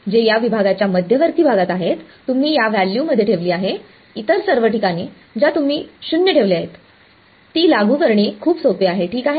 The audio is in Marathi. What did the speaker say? तर ते जे या विभागाच्या मध्यवर्ती भागात आहेत तुम्ही या व्हॅल्यूमध्ये ठेवली आहे इतर सर्व ठिकाणे ज्या तुम्ही 0 ठेवली आहेत ती लागू करणे खूप सोपे आहे ठीक आहे